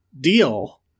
deal